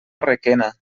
requena